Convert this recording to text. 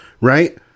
Right